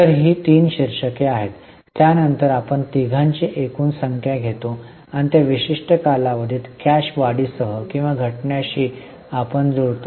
तर ही तीन शीर्षके आहेत त्यानंतर आपण तिघांची एकूण संख्या घेतो आणि त्या विशिष्ट कालावधीत कॅश वाढीसह किंवा घटण्याशी आपण जुळतो